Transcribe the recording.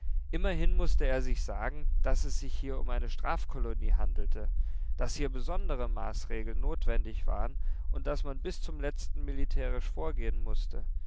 immerhin mußte er sich sagen daß es sich hier um eine strafkolonie handelte daß hier besondere maßregeln notwendig waren und daß man bis zum letzten militärisch vorgehen mußte